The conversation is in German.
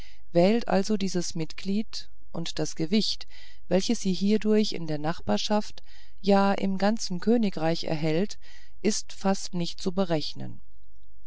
wählt also dies mitglied und das gewicht welches sie hierdurch in der nachbarschaft ja im ganzen königreich erhält ist fast nicht zu berechnen